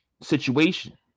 situation